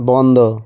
বন্ধ